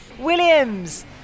Williams